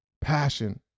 passion